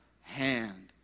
hand